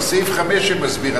זה סעיף 5 שמסביר,